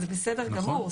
זה בסדר גמור.